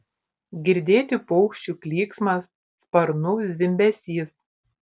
girdėti paukščių klyksmas sparnų zvimbesys